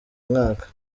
mwaka